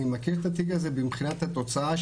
אני מכיר את התיק הזה מבחינת התוצאה,